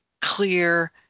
clear